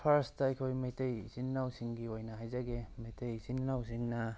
first ꯑꯩꯈꯣꯏ ꯃꯩꯇꯩ ꯏꯆꯤꯟ ꯏꯅꯥꯎꯁꯤꯡꯒꯤ ꯑꯣꯏꯅ ꯍꯥꯏꯖꯒꯦ ꯃꯩꯇꯩ ꯏꯆꯤꯟ ꯏꯅꯥꯎꯁꯤꯡꯅ